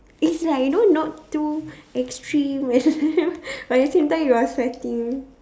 it's like you know not too extreme but at the same time you are sweating